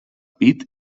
pit